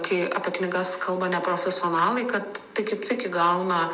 kai apie knygas kalba neprofesionalai kad tai kaip tik įgauna